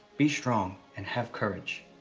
be strong and have courage.